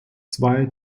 zwei